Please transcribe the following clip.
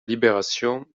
libération